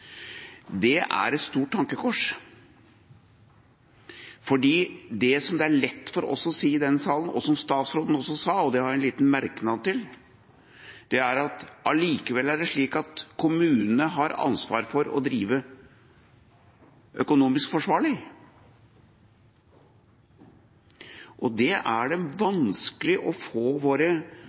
Det er et stort tankekors. Det som det er lett for oss å si i denne salen, og som statsråden også sa, og det har jeg en liten merknad til, er at det allikevel er slik at kommunene har ansvar for å drive økonomisk forsvarlig. Det er det vanskelig å få våre